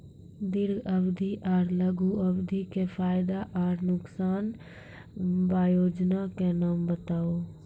दीर्घ अवधि आर लघु अवधि के फायदा आर नुकसान? वयोजना के नाम बताऊ?